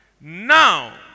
Now